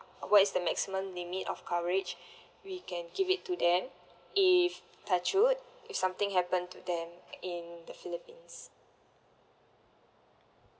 what is the maximum limit of coverage we can give it to them if touch wood if something happen to them in the phillipines